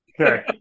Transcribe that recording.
Okay